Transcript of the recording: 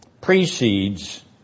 precedes